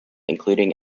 including